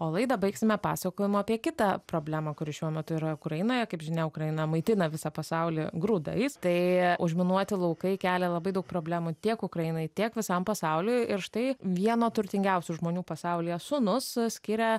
o laidą baigsime pasakojimu apie kitą problemą kuri šiuo metu yra ukrainoje kaip žinia ukraina maitina visą pasaulį grūdais tai užminuoti laukai kelia labai daug problemų tiek ukrainai tiek visam pasauliui ir štai vieno turtingiausių žmonių pasaulyje sūnus skiria